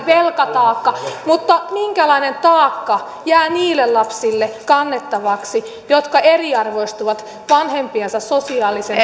velkataakka mutta minkälainen taakka jää niille lapsille kannettavaksi jotka eriarvoistuvat vanhempiensa sosiaalisen